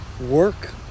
Work